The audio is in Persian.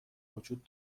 وجود